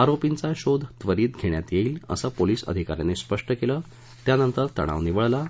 आरोपीचा शोध त्वरित घेण्यात येईल असे पोलीस अधिका यांनी स्पष्ट केले त्यानंतर तणाव निवळला